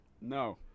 No